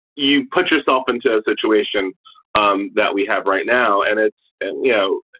you put yourself into a situation um that we have right now. and it's and you know,